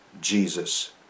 Jesus